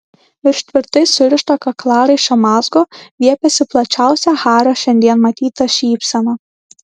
virš tvirtai surišto kaklaraiščio mazgo viepėsi plačiausia hario šiandien matyta šypsena